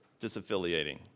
disaffiliating